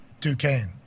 Duquesne